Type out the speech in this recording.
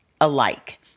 alike